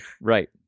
Right